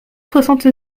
soixante